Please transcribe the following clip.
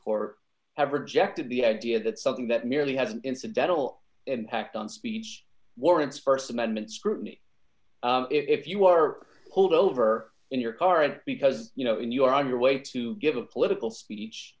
court have rejected the idea that something that merely has an incidental impact on speech warrants st amendment scrutiny if you are pulled over in your car and because you know and you're on your way to give a political speech